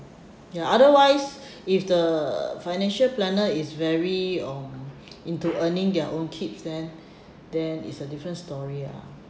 ya otherwise if the financial planner is very um into earning their own keeps then then it's a different story lah